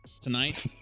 Tonight